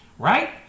Right